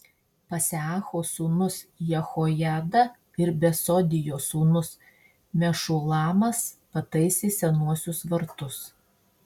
paseacho sūnus jehojada ir besodijos sūnus mešulamas pataisė senuosius vartus